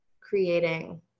creating